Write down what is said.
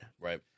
Right